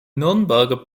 nürnberger